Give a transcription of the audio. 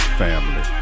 family